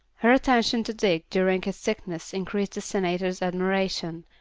her attention to dick during his sickness increased the senator's admiration,